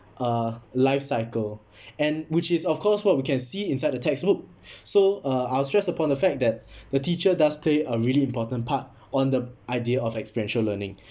uh life cycle and which is of course what we can see inside the textbook so uh I'll stress upon the fact that the teacher does play a really important part on the idea of experiential learning